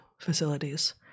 facilities